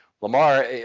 Lamar